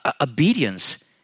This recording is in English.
Obedience